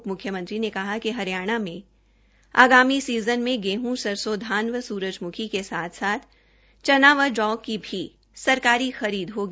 उपमुख्यमंत्री ने कहा कि हरियाणा में आगामी सीजन में गेहूं सरसों धान व सूरजमुखी के साथ साथ चना व जौ की भी सरकारी खरीद होगी